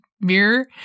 mirror